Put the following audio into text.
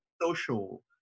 social